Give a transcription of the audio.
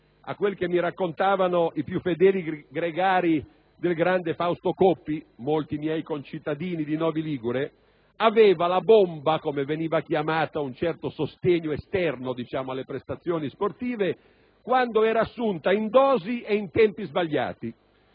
a quel che mi raccontavano i più fedeli gregari del grande Fausto Coppi, molti miei concittadini di Novi Ligure - aveva la "bomba" (come veniva chiamato un certo sostegno esterno alle prestazioni sportive) quando era assunta in dosi e in tempi sbagliati: